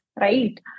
right